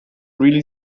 really